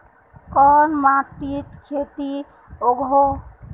कोन माटित खेती उगोहो?